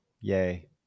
yay